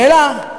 השאלה,